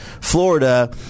Florida